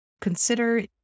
consider